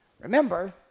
Remember